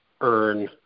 earn